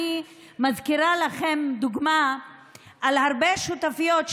אני מזכירה לכם כדוגמה הרבה שותפויות,